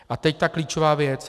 A teď ta klíčová věc.